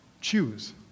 choose